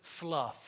fluff